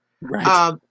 right